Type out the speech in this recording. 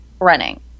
running